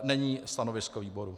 Není stanovisko výboru.